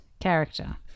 character